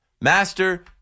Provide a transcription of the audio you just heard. Master